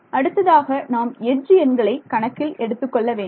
எனவே அடுத்ததாக நாம் எட்ஜ் எண்களை கணக்கில் எடுத்துக் கொள்ள வேண்டும்